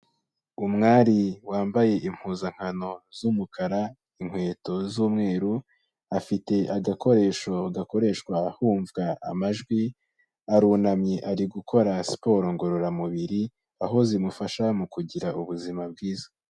Umwari wambaye impuzankano z'umukara, inkweto z'umweru, afite agakoresho gakoreshwa humva amajwi, arunamye ari gukora siporo ngororamubiri, aho zimufasha mu kugira ubuzima bwiza.